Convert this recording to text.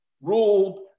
ruled